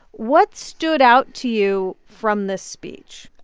what stood out to you from this speech?